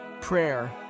Prayer